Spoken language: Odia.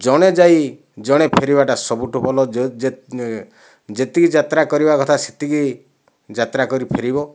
ଜଣେ ଯାଇ ଜଣେ ଫେରିବାଟା ସବୁଠୁ ଭଲ ଯେତିକି ଯାତ୍ରା କରିବା କଥା ସେତିକି ଯାତ୍ରା କରି ଫେରିବ